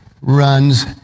runs